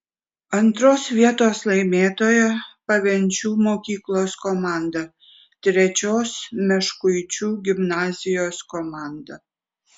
antros vietos laimėtoja pavenčių mokyklos komanda trečios meškuičių gimnazijos komanda